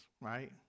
right